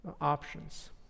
options